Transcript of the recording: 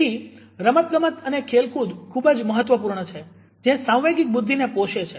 તેથી રમત ગમત અને ખેલ કુદ ખુબ જ મહત્વપૂર્ણ છે જે સાંવેગિક બુદ્ધિને પોષે છે